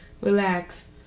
relax